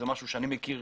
אני מכיר